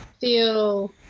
feel